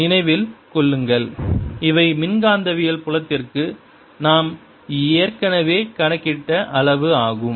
நினைவில் கொள்ளுங்கள் இவை மின்காந்தவியல் புலத்திற்கு நாம் ஏற்கனவே கணக்கிட்ட அளவு ஆகும்